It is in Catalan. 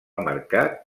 marcar